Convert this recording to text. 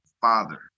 father